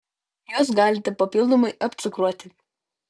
juos galite papildomai apcukruoti